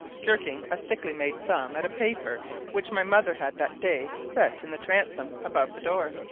jerking a thickly made thumb at a paper which my mother had that day set in the transom above the door.